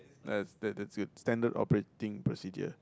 ya that that's the Standard operating procedure